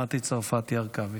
חברת הכנסת מטי צרפתי הרכבי.